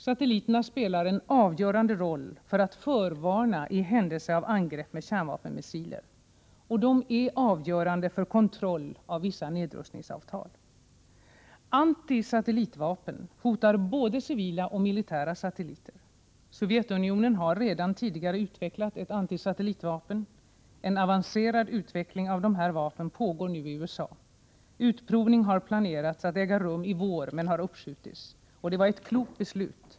Satelliterna spelar en avgörande roll för att förvarna i händelse av angrepp med kärnvapenmissiler. De är avgörande för kontroll av vissa nedrustningsavtal. Anti-satellitvapen hotar både civila och militära satelliter. Sovjetunionen har redan tidigare utvecklat ett anti-satellitvapen. En avancerad utveckling av dessa vapen pågår nu i USA. Utprovningen var planerad att äga rum i vår men har uppskjutits. Det var ett klokt beslut.